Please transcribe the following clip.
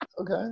Okay